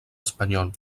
espanyol